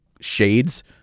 shades